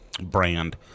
brand